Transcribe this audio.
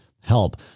help